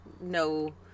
no